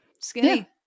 skinny